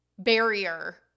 barrier